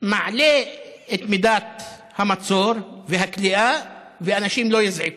מעלה את מידת המצור והכליאה, ואנשים לא יזעקו.